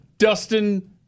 Dustin